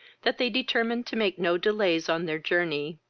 that they determined to make no delays on their journey,